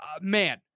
Man